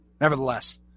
nevertheless